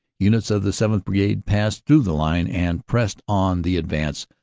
units of the seventh. brigade passed through the line and pressed on the advance,